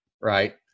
right